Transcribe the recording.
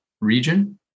region